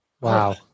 wow